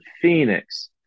Phoenix